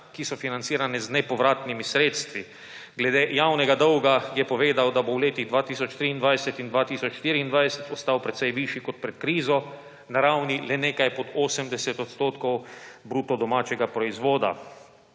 ki so financirane z nepovratnimi sredstvi. Glede javnega dolga je povedal, da bo v letih 2023 in 2024 ostal precej višji kot pred krizo, na ravni le nekaj pod 80 % bruto domačega proizvoda.